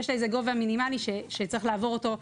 יש לה איזה גובה מינימלי שצריך לעבור אותו.